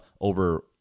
over